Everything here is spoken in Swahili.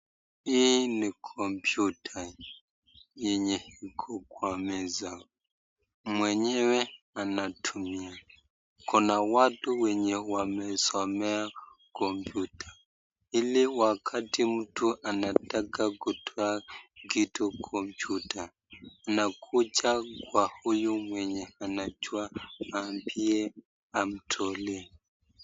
Hii ni (cs) computer (cs) yenye iko kwa meza, mwenyewe anatumia kuna watu wenye wamesomea (cs) computer (cs) ili wakati mtu anataka kutoa kitu (cs) computer (cs) unakuja kwa huyu mwenye anajua ambiye amtolee.